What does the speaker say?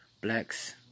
blacks